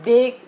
Big